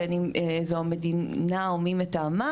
בין אם זו המדינה או מי מטענה,